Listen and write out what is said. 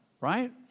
right